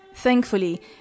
Thankfully